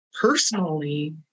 personally